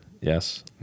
Yes